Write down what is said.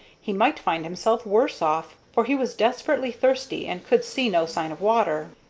he might find himself worse off, for he was desperately thirsty and could see no sign of water.